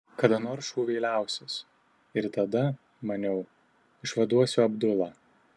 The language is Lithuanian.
kada nors šūviai liausis ir tada maniau išvaduosiu abdulą